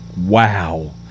Wow